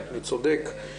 אני צודק?